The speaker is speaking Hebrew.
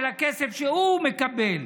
של הכסף שהוא מקבל.